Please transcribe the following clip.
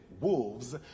wolves